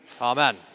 amen